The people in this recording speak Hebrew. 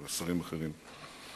ושרים אחרים.